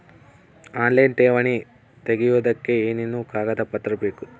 Online ಠೇವಣಿ ತೆಗಿಯೋದಕ್ಕೆ ಏನೇನು ಕಾಗದಪತ್ರ ಬೇಕು?